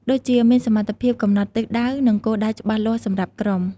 ដូចជាមានសមត្ថភាពកំណត់ទិសដៅ និងគោលដៅច្បាស់លាស់សម្រាប់ក្រុម។